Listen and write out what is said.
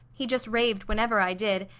he just raved whenever i did,